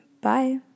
Bye